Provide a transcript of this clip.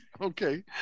okay